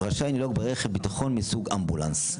"רשאי לנהוג ברכב בטחון מסוג אמבולנס".